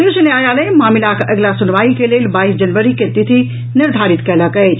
शीर्ष न्यायालय मामिलाक अगिला सुनवाई के लेल बाईस जनवरी के तिथि निर्धारित कयलक अछि